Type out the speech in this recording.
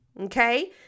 okay